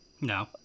No